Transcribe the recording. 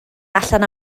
allan